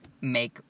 make